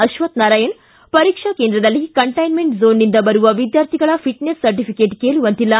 ಅಕ್ವತ್ಯನಾರಾಯಣ ಪರೀಕ್ಷಾ ಕೇಂದ್ರದಲ್ಲಿ ಕಂಟೈನ್ದೆಂಟ್ ಝೋನ್ನಿಂದ ಬರುವ ವಿದ್ಯಾರ್ಥಿಗಳ ಫಿಟ್ನೆಸ್ ಸರ್ಟಫಿಕೇಟ್ ಕೇಳುವಂತಿಲ್ಲ